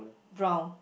brown